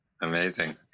Amazing